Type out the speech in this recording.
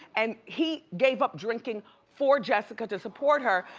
and he gave up drinking for jessica, to support her,